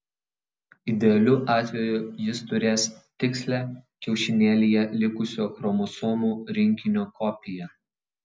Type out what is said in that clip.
idealiu atveju jis turės tikslią kiaušinėlyje likusio chromosomų rinkinio kopiją